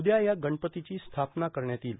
उद्या या गणपतीची स्थापना करण्यात येईल